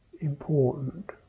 important